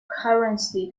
currency